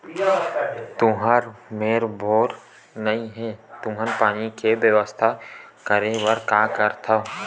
तुहर मेर बोर नइ हे तुमन पानी के बेवस्था करेबर का कर सकथव?